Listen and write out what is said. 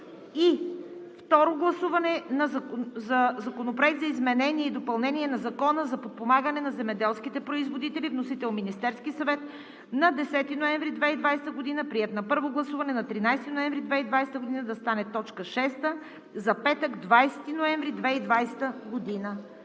г. Второ гласуване на Законопроекта за изменение и допълнение на Закона за подпомагане на земеделските производители. Вносител – Министерският съвет на 10 ноември 2020 г. Приет на първо гласуване на 13 ноември 2020 г., да стане точка шеста – петък, 20 ноември 2020 г.